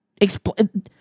explain